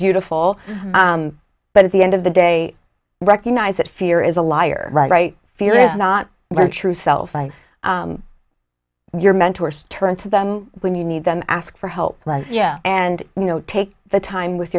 beautiful but at the end of the day recognize that fear is a liar right fear is not your true self by your mentors turn to them when you need them ask for help yeah and you know take the time with